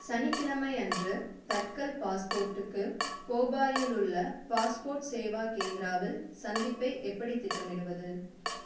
சனிக்கிழமை அன்று தட்கல் பாஸ்போர்ட்டுக்கு போபாயில் உள்ள பாஸ்போர்ட் சேவா கேந்திராவில் சந்திப்பை எப்படி திட்டமிடுவது